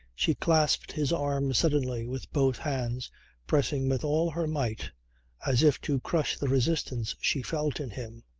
she clasped his arm suddenly with both hands pressing with all her might as if to crush the resistance she felt in him.